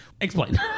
Explain